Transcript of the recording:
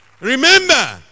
remember